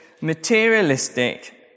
materialistic